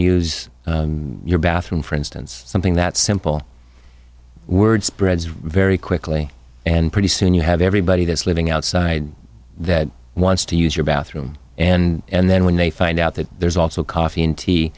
use your bathroom for instance something that simple word spreads very quickly and pretty soon you have everybody that's living outside that wants to use your bathroom and then when they find out that there's also coffee and tea